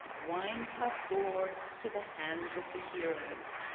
wine-cup bore to the hands of the heroes.